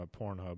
Pornhub